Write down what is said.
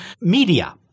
media –